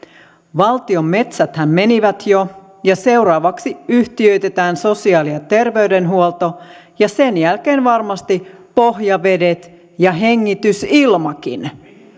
valtion metsäthän menivät jo seuraavaksi yhtiöitetään sosiaali ja terveydenhuolto ja sen jälkeen varmasti pohjavedet ja hengitysilmakin